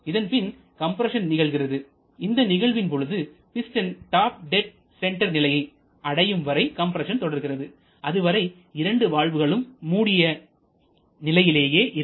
இதன்பின் கம்ப்ரஸன் நிகழ்கிறது இந்த நிகழ்வின் பொழுது பிஸ்டன் டாப் டெட் சென்டர் நிலையை அடையும் வரை கம்ப்ரஸன் தொடர்கிறது அதுவரை இரண்டு வால்வுகளும் மூடிய நிலையிலேயே இருக்கும்